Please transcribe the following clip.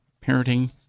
parenting